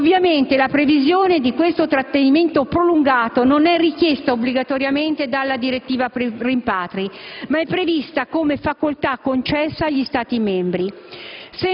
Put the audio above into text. Ovviamente, la previsione di siffatto trattenimento prolungato non è richiesta obbligatoriamente dalla direttiva rimpatri, ma è prevista come facoltà concessa agli Stati membri.